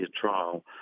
trial